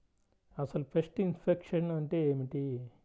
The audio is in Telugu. అసలు పెస్ట్ ఇన్ఫెక్షన్ అంటే ఏమిటి?